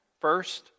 first